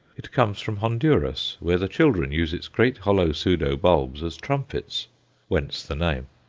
it comes from honduras, where the children use its great hollow pseudo-bulbs as trumpets whence the name.